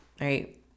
right